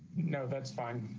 no, that's fine.